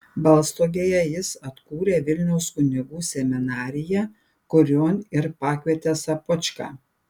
balstogėje jis atkūrė vilniaus kunigų seminariją kurion ir pakvietė sopočką